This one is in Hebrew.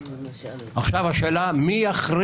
אני לא חושב שהדרך הנכונה